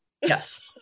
Yes